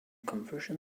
conversion